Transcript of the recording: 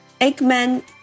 Eggman